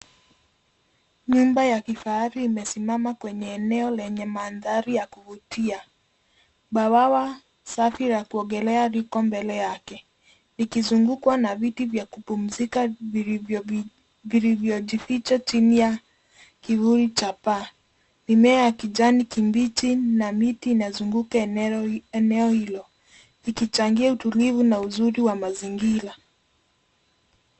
Nyumba ya kifahari imesimama kwenye eneo lenye mandhari ya kuvutia. Bwawa safi la kuogeleo liko mbele yake likizungukwa na viti vya kupumzika vilivyojificha chini ya kivuli cha paa. Miema ya kijani kibichi na miti inazunguka eneo hilo ikichangia uzuri na utulivu wa mazingira.